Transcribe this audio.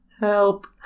Help